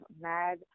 mad